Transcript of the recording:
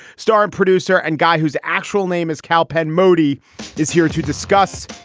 star and producer and guy whose actual name is kal penn modi is here to discuss.